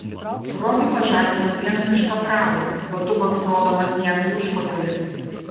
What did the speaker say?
robį pažadino vienas iš kapralų batu baksnodamas jam į užpakalį